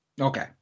Okay